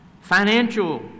financial